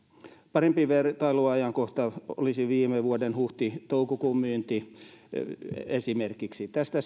parempi vertailuajankohta olisi esimerkiksi viime vuoden huhti toukokuun myynti tästä